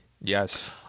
Yes